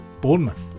Bournemouth